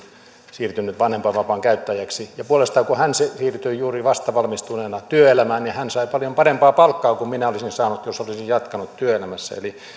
siirtynyt vanhempainvapaan käyttäjäksi puolestaan kun hän siirtyi juuri vasta valmistuneena työelämään hän sai paljon parempaa palkkaa kuin minä olisin saanut jos olisin jatkanut työelämässä eli